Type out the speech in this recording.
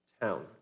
town